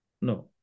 No